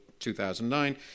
2009